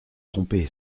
trompé